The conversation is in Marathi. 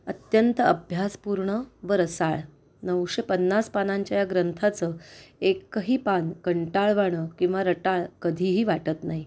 अत्यंत अभ्यासपूर्ण व रसाळ नऊशे पन्नास पानांच्या या ग्रंथाचं एकही पान कंटाळवाणं किंवा रटाळ कधीही वाटत नाही